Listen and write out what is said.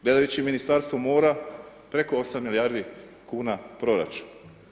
Gledajući Ministarstvo mora, preko 8 milijardi kuna proračun.